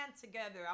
together